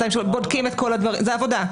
בודקים את כל הדברים זאת עבודה.